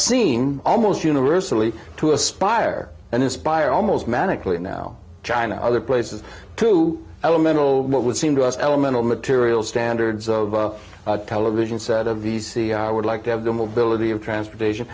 seem almost universally to aspire and inspire almost magically now china other places to elemental what would seem to us elemental material standards of television set of the sea i would like to have the mobility of transportation